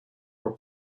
were